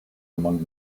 among